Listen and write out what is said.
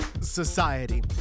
Society